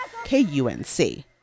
KUNC